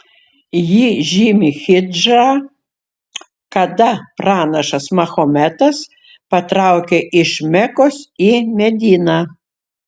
ji žymi hidžrą kada pranašas mahometas patraukė iš mekos į mediną